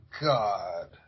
God